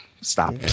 Stop